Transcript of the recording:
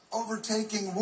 overtaking